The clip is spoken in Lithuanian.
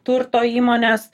turto įmones